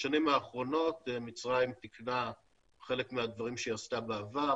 בשנים האחרונות מצרים תיקנה חלק מהדברים שהיא עשתה בעבר,